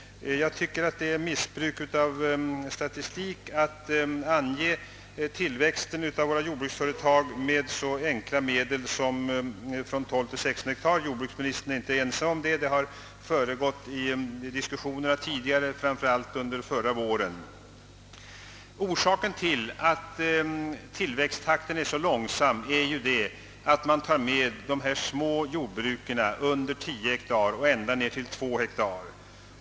Jag tycker det är missbruk av statistik att ange tillväxten av våra jordbruksföretag med så enkla medel som »från 12 till 16 ha». Jordbruksministern är inte ensam om att ha framfört denna åsikt, vilket visat sig i debatterna tidigare, framför allt under förra våren. Orsaken till att tillväxttakten är så låg är att man fortfarande tar med de små jordbruken under 10 hektar och ända ned till 2 hektar.